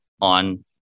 on